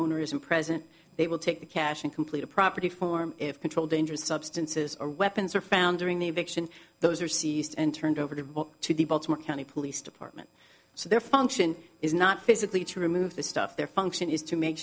owner isn't present they will take the cash and complete a property form if control dangerous substances or weapons are found during the eviction those are seized and turned over to to the baltimore county police department so their function is not physically to remove this stuff their function is to make